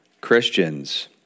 Christians